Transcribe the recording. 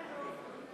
למה הם לא עוברים,